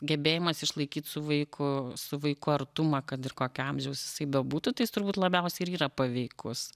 gebėjimas išlaikyt su vaiku su vaiku artumą kad ir kokio amžiaus jisai bebūtų tai jis turbūt labiausiai ir yra paveikus